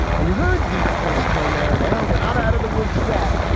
and you heard the pence tone there. well, we're not out of the woods yet,